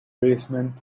basement